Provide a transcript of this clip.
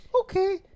Okay